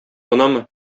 гынамы